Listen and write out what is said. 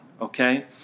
okay